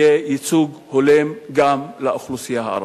יהיה ייצוג הולם גם לאוכלוסייה הערבית.